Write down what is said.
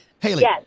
Haley